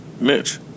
Mitch